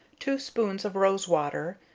two spoons of rose-water,